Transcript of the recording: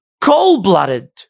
cold-blooded